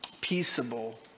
peaceable